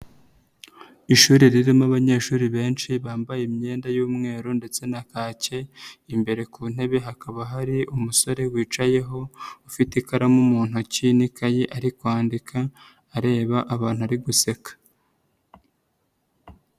Ishuri ririmo abanyeshuri benshi bambaye imyenda y'umweru ndetse na kake, imbere ku ntebe hakaba hari umusore wicayeho, ufite ikaramu mu ntoki n'ikayi ari kwandika areba abantu ari guseka.